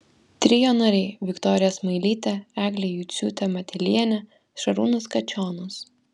trio nariai viktorija smailytė eglė juciūtė matelienė šarūnas kačionas